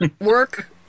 work